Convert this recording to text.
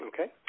Okay